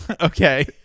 okay